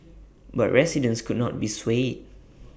but residents could not be swayed